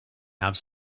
have